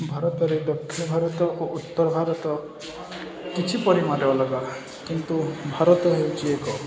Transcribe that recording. ଭାରତରେ ଦକ୍ଷିଣ ଭାରତ ଓ ଉତ୍ତର ଭାରତ କିଛି ପରିମାଣରେ ଅଲଗା କିନ୍ତୁ ଭାରତ ହେଉଛି ଏକ